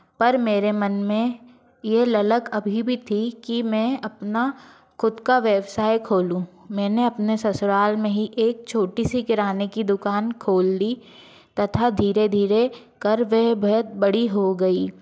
पर मेरे मन में ये ललक अभी भी थी कि मैं अपना खुद का व्यवसाय खोलूं मैंने अपने ससुराल में ही एक छोटी सी किराने की दुकान खोल ली तथा धीरे धीरे कर वो बड़ी हो गई